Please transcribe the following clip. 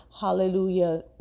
hallelujah